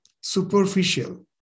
superficial